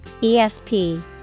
ESP